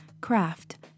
craft